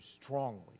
strongly